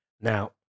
Now